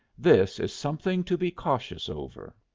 this is something to be cautious over.